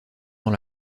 dans